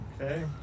Okay